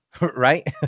right